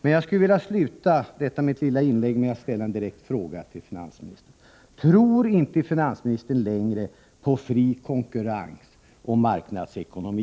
Men jag skulle vilja sluta mitt inlägg med att ställa en direkt fråga till finansministern. Tror inte finansministern längre på fri konkurrens och marknadsekonomi?